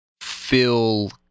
feel